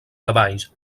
cavalls